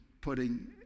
putting